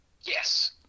Yes